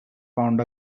found